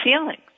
feelings